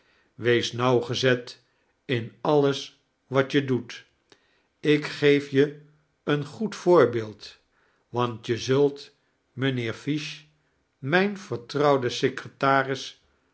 wees nauwgezet in alles wat je doet ik geef je een goed voorbeeld want je zult mijnheer fish mijn vertrouwden secretaris